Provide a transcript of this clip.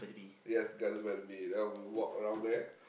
yes Gardens-by-the-Bay then we will walk around there